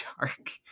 Shark